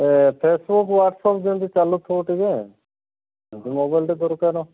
ଏ Facebook WhatsApp ଯେମିତି ଚାଲୁଥିବ ଟିକେ ମୋବାଇଲଟେ ଦରକାର